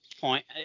point